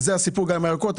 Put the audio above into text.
זה הסיפור גם עם הירקות.